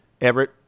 everett